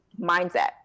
mindset